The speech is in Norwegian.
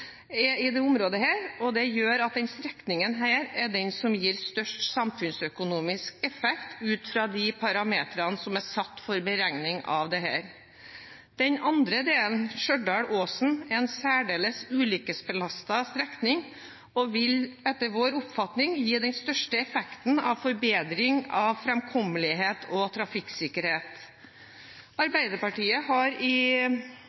i dette området, gjør at denne strekningen er den som gir størst samfunnsøkonomisk effekt, ut fra de parameterne som er satt for beregning av dette. Den andre delen, Stjørdal–Åsen, er en særdeles ulykkesbelastet strekning og vil etter vår oppfatning gi den største effekten når det gjelder forbedring av framkommelighet og trafikksikkerhet. Arbeiderpartiet har tre viktige merknader i